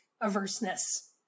averseness